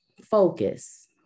focus